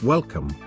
Welcome